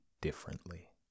differently